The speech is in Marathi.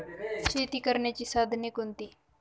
शेती करण्याची साधने कोणती?